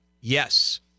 yes